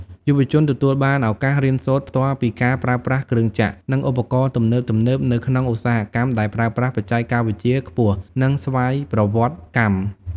យុវជនទទួលបានឱកាសរៀនសូត្រផ្ទាល់ពីការប្រើប្រាស់គ្រឿងចក្រ និងឧបករណ៍ទំនើបៗ នៅក្នុងឧស្សាហកម្មដែលប្រើប្រាស់បច្ចេកវិទ្យាខ្ពស់ និងស្វ័យប្រវត្តិកម្ម។